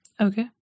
Okay